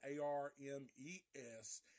A-R-M-E-S